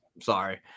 Sorry